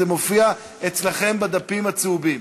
זה מופיע אצלכם בדפים הצהובים.